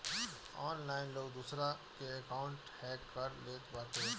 online लोग दूसरा के अकाउंटवे हैक कर लेत बाटे